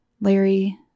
Larry